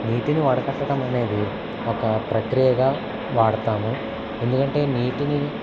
నీటిని వడకట్టటం అనేది ఒక ప్రక్రియగా వాడతాము ఎందుకంటే నీటిని